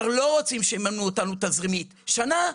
ואנחנו לא רוצים שיממנו אותנו תזרימית שנה,